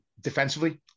defensively